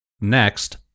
Next